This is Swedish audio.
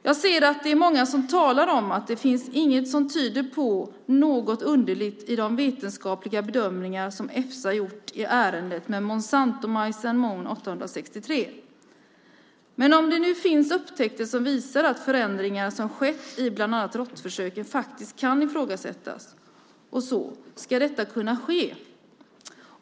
Jag ser att det är många som talar om att det inte finns något som tyder på något underligt i de vetenskapliga bedömningar som Efsa gjort i ärendet med Monsantomajsen MON 863. Men om det nu finns upptäckter som visar att förändringar som skett i bland annat råttförsöken faktiskt kan ifrågasättas ska detta kunna ske.